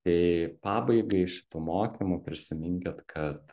tai pabaigai šitų mokymų prisiminkit kad